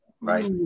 Right